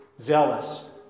zealous